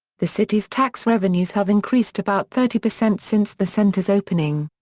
the city's tax revenues have increased about thirty percent since the center's opening.